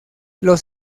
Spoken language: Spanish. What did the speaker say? los